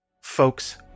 Folks